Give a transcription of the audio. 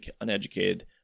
uneducated